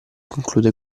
conclude